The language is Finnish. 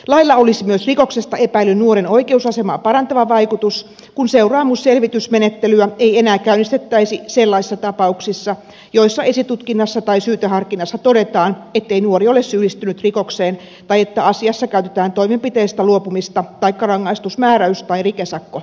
lailla olisi myös rikoksesta epäillyn nuoren oikeusasemaa parantava vaikutus kun seuraamusselvitysmenettelyä ei enää käynnistettäisi sellaisissa tapauksissa joissa esitutkinnassa tai syyteharkinnassa todetaan ettei nuori ole syyllistynyt rikokseen tai että asiassa käytetään toimenpiteistä luopumista taikka rangaistusmääräys tai rikesakkomenettelyä